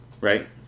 right